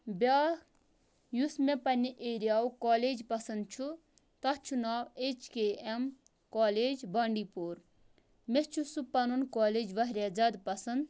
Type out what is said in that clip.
بیٛاکھ یُس مےٚ پنٛنہِ ایریا ہُک کالج پَسنٛد چھُ تَتھ چھُ ناو اٮ۪چ کے اٮ۪م کالج بانڈی پوٗر مےٚ چھِ سُہ پَنُن کالج واریاہ زیادٕ پَسنٛد